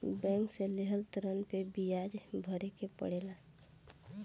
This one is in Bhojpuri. बैंक से लेहल ऋण पे बियाज भरे के पड़ेला